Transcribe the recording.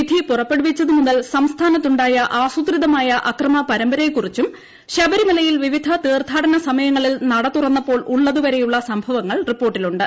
വിധി പുറപ്പെടുവിച്ചതു മുതൽ സൃദ്ധ്ഥാന്ത്തുണ്ടായ ആസൂത്രിതമായ അക്രമ പരമ്പരയെക്കുറിച്ചുക്ക് ശ്രബരിമലയിൽ വിവിധ തീർത്ഥാടന സമയങ്ങളിൽ നട തുറന്നിപ്പോൾ ഉള്ളതുവരെയുള്ള സംഭവങ്ങൾ റിപ്പോർട്ടിലുണ്ട്